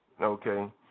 okay